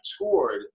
toured